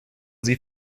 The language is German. sie